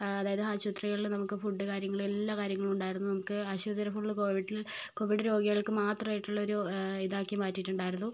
അതായത് ആശുപത്രികളിൽ നമുക്ക് ഫുഡ് കാര്യങ്ങൾ എല്ലാ കാര്യങ്ങളും ഉണ്ടായിരുന്നു നമുക്ക് ആശുപത്രി ഫുൾ കോവിഡ് കോവിഡ് രോഗികൾക്ക് മാത്രമായിട്ടുള്ള ഒരു ഇതാക്കി മാറ്റിയിട്ടുണ്ടായിരുന്നു